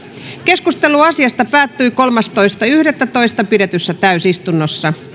keskustelu tiedonannosta päättyi kolmastoista yhdettätoista kaksituhattakahdeksantoista pidetyssä täysistunnossa